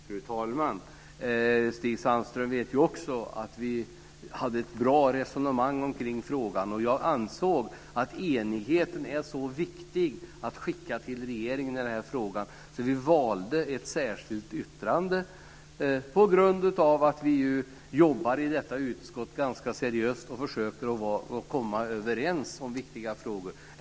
Fru talman! Stig Sandström vet också att vi hade ett bra resonemang om frågan, och jag ansåg att enigheten var så viktig att detta skulle skickas till regeringen. Vi valde att skriva ett särskilt yttrande på grund av att vi i detta utskott jobbar ganska seriöst och försöker komma överens om viktiga frågor.